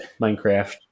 Minecraft